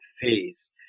phase